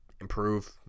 improve